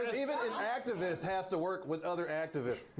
even an activist has to work with other activists.